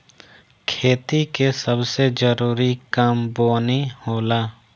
खेती के सबसे जरूरी काम बोअनी होला